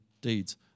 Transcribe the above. deeds